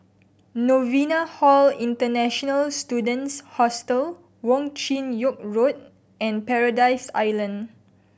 Novena Hall International Students Hostel Wong Chin Yoke Road and Paradise Island